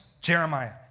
Jeremiah